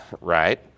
Right